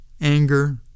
anger